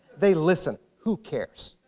they listen. who cares?